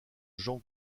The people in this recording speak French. jean